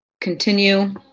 continue